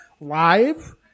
live